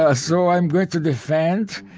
ah so i'm going to defend